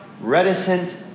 reticent